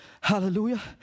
Hallelujah